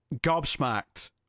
gobsmacked